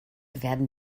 werden